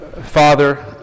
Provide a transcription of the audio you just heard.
Father